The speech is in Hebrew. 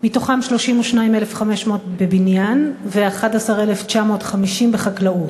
מתוכם 32,500 עובדים בבניין ו-11,950 בחקלאות.